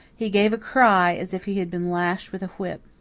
he gave a cry as if he had been lashed with a whip.